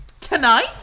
tonight